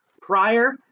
prior